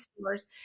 stores